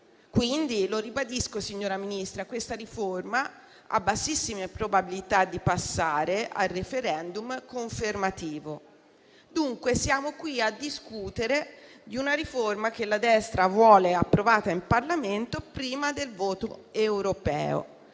Quindi, ribadisco, signora Ministra, che questa riforma ha bassissime probabilità di passare il *referendum* confermativo. Dunque, siamo qui a discutere di una riforma che la destra vuole approvata in Parlamento prima del voto europeo